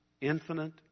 infinite